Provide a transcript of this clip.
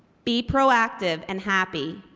be proactive and happy.